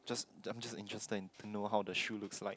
just I'm just interested in to know how the shoes look like